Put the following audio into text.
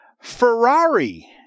Ferrari